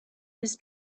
his